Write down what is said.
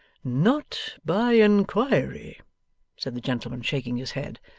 not by inquiry said the gentleman shaking his head.